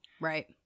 Right